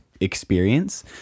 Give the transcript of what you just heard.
experience